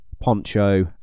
Poncho